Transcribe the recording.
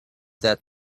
that